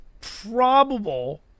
probable